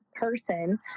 person